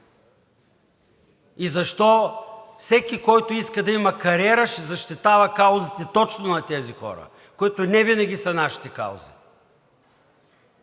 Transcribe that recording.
и защо всеки, който иска да има кариера, ще защитава каузите точно на тези хора, които невинаги са нашите каузи,